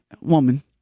woman